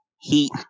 heat